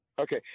Okay